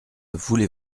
voulait